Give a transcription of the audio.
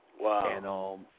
Wow